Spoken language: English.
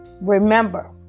remember